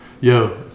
Yo